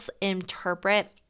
interpret